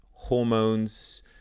Hormones